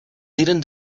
didn’t